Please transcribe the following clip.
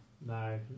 No